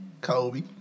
Kobe